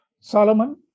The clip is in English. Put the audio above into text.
Solomon